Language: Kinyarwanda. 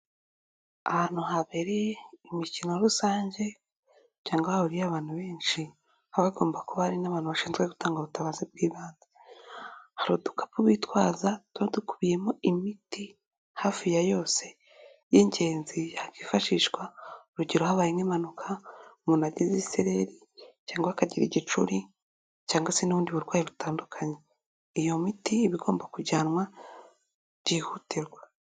Ahantu habereye imikino rusange cyangwa hahuriye abantu benshi abagomba kuba hari n'abantu bashinzwe gutanga ubutabazi bw'ibanze hariduka bitwaza twadukubiyemo imiti hafi ya yose y'ingenzi yakwifashishwa urugero habaye nk'impanuka umuntu ageze isereri cyangwa akagira igicuri cyangwa se n'ubundi burwayi butandukanye iyo miti ibagomba kujyanwa byihutirwa.